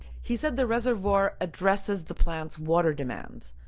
he said the reservoir addresses the plant's water demands.